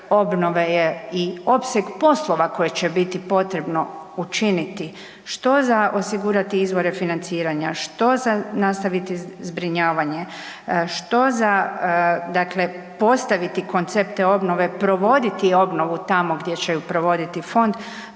obnove je opseg poslova koje će biti potrebno učiniti, što za osigurati izvore financiranja, što za nastaviti zbrinjavanje, dakle postaviti koncepte obnove, provoditi obnovu tamo gdje će ju provoditi fond